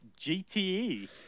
GTE